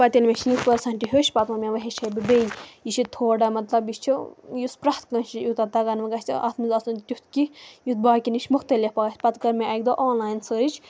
پَتہٕ ییٚلہِ مےٚ شیٖتھ پٔرسنٛٹ ہیوٚچھ پَتہٕ ووٚن مےٚ وٕ ہیٚچھے بہٕ بیٚیہِ یہِ چھِ تھوڑا مطلب یہِ چھِ یُس پرٛٮ۪تھ کٲنٛسہِ چھِ یوٗتاہ تَگان وۄنۍ گژھِ اَتھ منٛز آسُن تیُتھ کینٛہہ یُتھ باقٕیَن نِش مختلف آسہِ پَتہٕ کٔر مےٚ اَکہِ دۄہ آنلاین سٔرٕچ